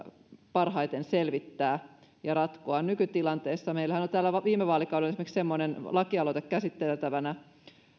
parhaiten selvittää ja ratkoa nykytilanteessa meillähän oli täällä viime vaalikaudella esimerkiksi semmoinen lakialoite käsiteltävänä